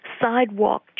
sidewalk